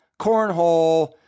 cornhole